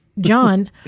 John